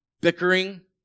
bickering